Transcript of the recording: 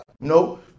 no